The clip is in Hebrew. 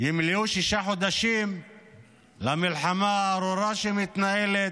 ימלאו שישה חודשים למלחמה הארורה שמתנהלת.